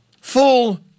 full